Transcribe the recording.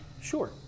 Sure